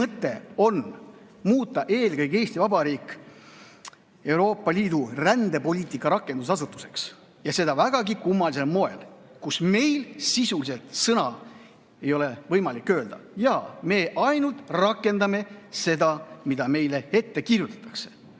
mõte on muuta eelkõige Eesti Vabariik Euroopa Liidu rändepoliitika rakendusasutuseks, ja seda vägagi kummalisel moel. Meil sisuliselt ei ole võimalik [oma] sõna öelda, me ainult rakendame seda, mida meile ette kirjutatakse.